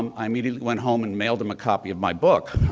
um i immediately went home and mailed them a copy of my book.